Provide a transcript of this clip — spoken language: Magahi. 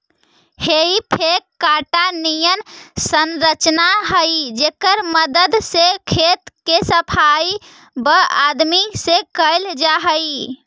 हेइ फोक काँटा निअन संरचना हई जेकर मदद से खेत के सफाई वआदमी से कैल जा हई